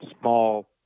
small